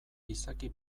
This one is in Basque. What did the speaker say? izaki